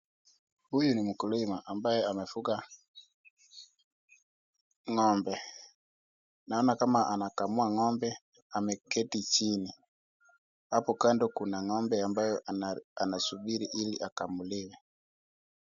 Huyu ni mkulima ambaye amefuga ng'ombe. Naona kama anakamua ng'ombe ameketi chini. Hapo kando kuna ng'ombe ambaye anasubiri ili akamuliwe.